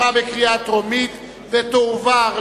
התשס"ט 2009,